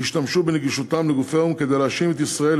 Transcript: השתמשו בנגישותם לגופי האו"ם כדי להאשים את ישראל